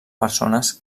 persones